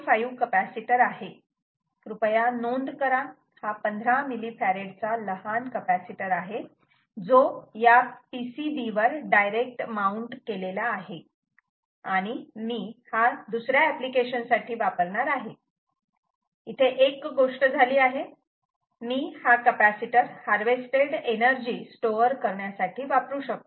5 capacitor आहे कृपया नोंद करा हा 15 मिली फॅरेडचा लहान कपॅसिटर आहे जो या PCB वर डायरेक्ट माउंट केलेला आहे आणि मी हा दुसऱ्या एप्लिकेशन साठी वापरणार आहे इथे एक गोष्ट झाली आहे मी हा कपॅसिटर हार्वेस्टेड एनर्जी स्टोअर करण्यासाठी वापरू शकतो